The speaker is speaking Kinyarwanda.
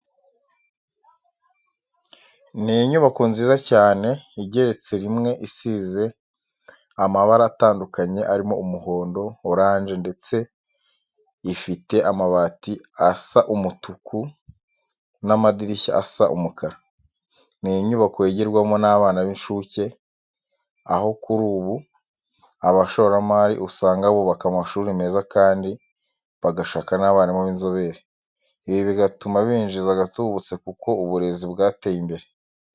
Ni inyubako nziza cyane igeretse rimwe isize amabara atandukanye arimo umuhondo, oranje ndetse ifite amabati asa umutuku n'amadirishya asa umukara. Ni inyubako yigirwamo n'abana b'incuke, aho kuri ubu abashoramari usanga bubaka amashuri meza kandi bagashaka n'abarimu b'inzobere, ibi bigatuma binjiza agatubutse kuko uburezi bwateye imbere.